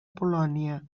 polònia